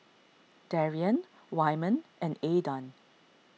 Darrian Wyman and Aydan